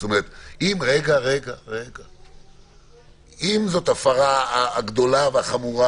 זאת אומרת, אם זאת ההפרה הגדולה והחמורה